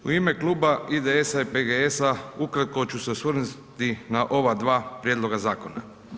U ime kluba IDS-a, PGS-a ukratko ću se osvrnuti na ova dva prijedloga zakona.